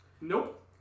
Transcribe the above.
Nope